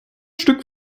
stück